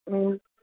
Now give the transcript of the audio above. ए